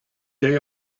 day